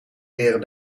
leren